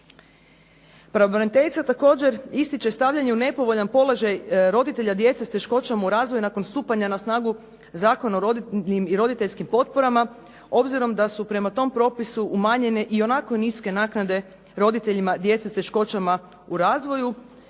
Pravobraniteljica također ističe stavljanje u nepovoljan položaj roditelja djece s teškoćama u razvoju nakon stupanja na snagu Zakona o rodiljnim i roditeljskim potporama, obzirom da su prema tom propisu umanjene ionako niske naknade roditeljima djece s teškoćama u razvoju.